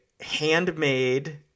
handmade